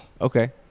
Okay